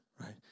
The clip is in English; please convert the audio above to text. right